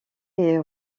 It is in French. est